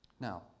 Now